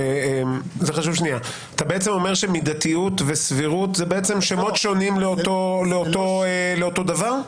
אתה בעצם אומר שמידתיות וסבירות זה שמות שונים לאותו דבר?